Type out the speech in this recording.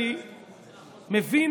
אני מבין